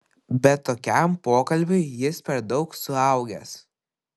bet tokiam pokalbiui jis per daug suaugęs